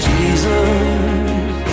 Jesus